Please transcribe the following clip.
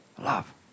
love